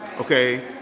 okay